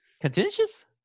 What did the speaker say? contentious